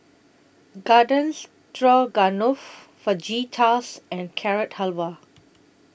Garden Stroganoff Fajitas and Carrot Halwa